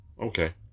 Okay